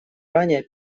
ранее